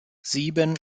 sieben